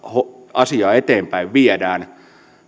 asiaa eteenpäin viedään